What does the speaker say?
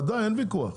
בוודאי אין ויכוח,